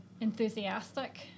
enthusiastic